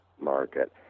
market